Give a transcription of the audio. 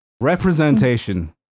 representation